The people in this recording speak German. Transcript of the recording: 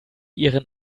ihren